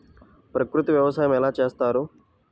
ప్రకృతి వ్యవసాయం ఎలా చేస్తారు?